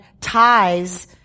ties